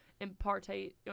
impartate